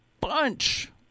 bunch